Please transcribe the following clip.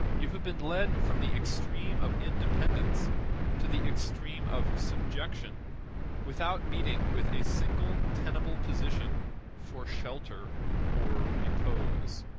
you have been led from the extreme of independence to the extreme of subjection without meeting with a single tenable position for shelter or repose.